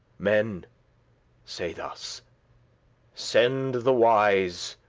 men say thus send the wise,